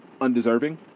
undeserving